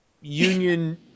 union